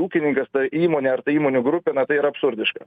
ūkininkas tai įmonė ar tai įmonių grupė na tai yra absurdiška